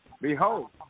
Behold